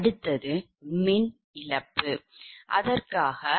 அடுத்தது மின் இழப்பு அதற்காகPLoss0